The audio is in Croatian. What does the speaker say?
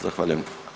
Zahvaljujem.